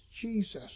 Jesus